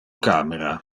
camera